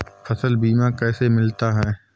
फसल बीमा कैसे मिलता है?